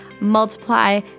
multiply